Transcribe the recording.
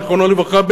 זיכרונו לברכה,